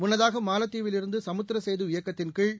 முன்னதாக மாலத்தீவில் இருந்து சமுத்திர சேது இயக்கத்தின்கீழ்